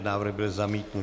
Návrh byl zamítnut.